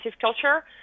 culture